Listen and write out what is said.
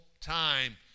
time